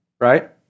right